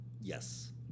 Yes